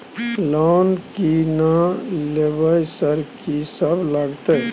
Loan की ना लेबय सर कि सब लगतै?